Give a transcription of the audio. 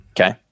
Okay